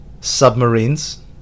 submarines